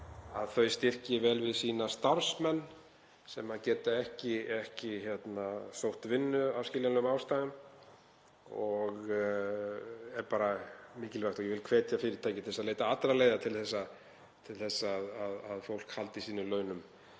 styðji vel við sína starfsmenn sem geta ekki sótt vinnu af skiljanlegum ástæðum. Það er bara mikilvægt og ég vil hvetja fyrirtæki til að leita allra leiða til að fólk haldi sínum launum